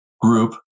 group